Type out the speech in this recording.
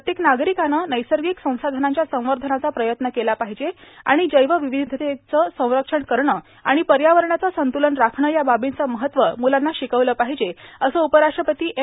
प्रत्येक नार्गारकानं नैर्सागक संसाधनांच्या संवधनाचा प्रयत्न केला पर्याहजे आर्गण जैर्वार्वावधतेचं संरक्षण करणं र्आण पयावरणाचं संतुलन राखणं या बाबींचं महत्त्व मुलांना शिकवलं पर्याहजे असं उपराष्ट्रपती एम